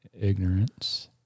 ignorance